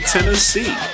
Tennessee